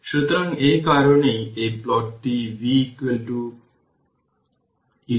সুতরাং এই কারণেই এই প্লটটি v0 e tT